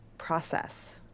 process